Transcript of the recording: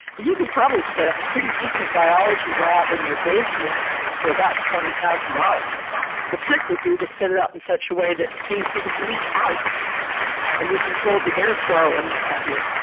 you could probably set up a pretty decent biology lab in your basement for about twenty thousand dollars the trick would be to set it up in such a way that things didn't leak out and you can control the air flow and what have you.